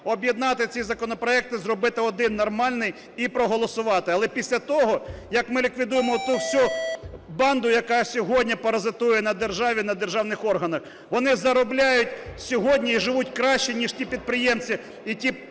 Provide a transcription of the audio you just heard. Об'єднати ці законопроекти, зробити один нормальний і проголосувати. Але після того як ми ліквідуємо оту всю банду, яка сьогодні паразитує на державі, на державних органах. Вони заробляють сьогодні і живуть краще ніж ті підприємці і ті